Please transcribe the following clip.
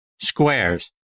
Squares